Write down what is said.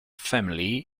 family